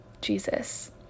Jesus